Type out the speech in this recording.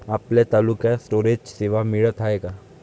आपल्या तालुक्यात स्टोरेज सेवा मिळत हाये का?